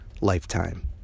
lifetime